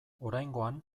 oraingoan